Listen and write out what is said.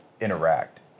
interact